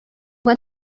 went